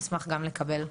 נשמח גם לקבל.